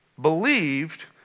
believed